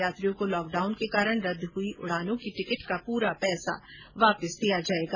यात्रियों को लॉकडाउन के कारण रद्द हुई उडानों की टिकिट का पूरा पैसा वापस किया जायेगा